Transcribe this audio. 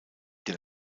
der